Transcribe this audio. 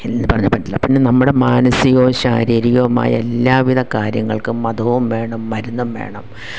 എന്ന് പറഞ്ഞാല് പറ്റില്ല പിന്നെ നമ്മുടെ മാനസികവും ശാരീരികവുമായ എല്ലാവിധ കാര്യങ്ങൾക്കും മതവും വേണം മരുന്നും വേണം